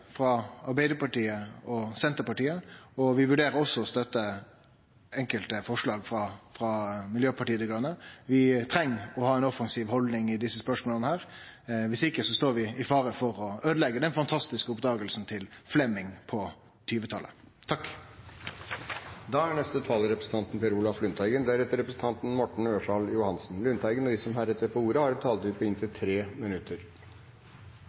frå Arbeidarpartiet og Senterpartiet, og vi vurderer også å støtte enkelte forslag frå Miljøpartiet Dei Grøne. Vi treng å ha ei offensiv haldning til desse spørsmåla, viss ikkje står vi i fare for å øydeleggje den fantastiske oppdaginga til Fleming på 1920-talet. De talere som heretter får ordet, har en taletid på inntil 3 minutter. Det er